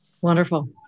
Wonderful